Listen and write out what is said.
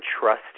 trust